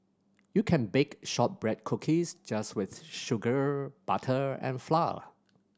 you can bake shortbread cookies just with sugar butter and flour